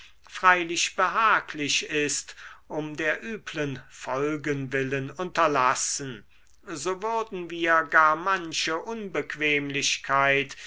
freilich behaglich ist um der üblen folgen willen unterlassen so würden wir gar manche unbequemlichkeit